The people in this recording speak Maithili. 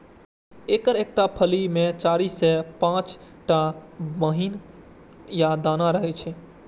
एकर एकटा फली मे चारि सं पांच टा बीहनि या दाना रहै छै